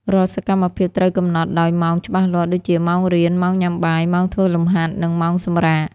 រាល់សកម្មភាពត្រូវកំណត់ដោយម៉ោងច្បាស់លាស់ ដូចជា ម៉ោងរៀន ម៉ោងញ៉ាំបាយ ម៉ោងធ្វើលំហាត់ និងម៉ោងសម្រាក។